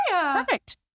Perfect